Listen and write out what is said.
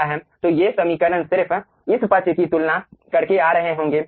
तो ये समीकरण सिर्फ इस पक्ष की तुलना करके आ रहे होंगे